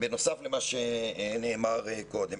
בנוסף למה שנאמר קודם.